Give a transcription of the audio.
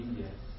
yes